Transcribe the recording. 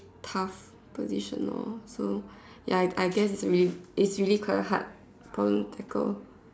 tough position for so ya I guess it's really it's really quite hard problem to tackle